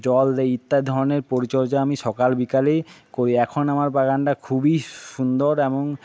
জল দেই ইত্যাদি ধরনের পরিচর্যা আমি সকাল বিকালেই করি এখন আমার বাগানটা খুবই সুন্দর এবং